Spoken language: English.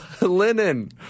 linen